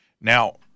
Now